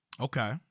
Okay